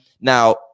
Now